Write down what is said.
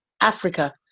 Africa